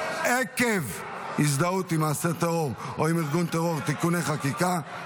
עקב הזדהות עם מעשה טרור או עם ארגון טרור (תיקוני חקיקה),